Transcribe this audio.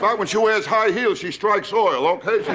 but when she wears high heels, she strikes oil. okay, she's